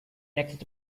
nexus